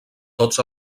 tots